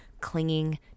clinging